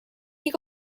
you